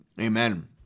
Amen